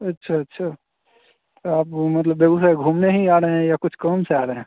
अच्छा अच्छा आप वो मतलब बेगूसराय घूमने ही आ रहें हैं या कुछ काम से आ रहें हैं